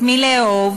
את מי לאהוב,